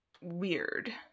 weird